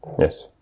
yes